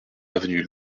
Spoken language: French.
avenue